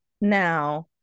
Now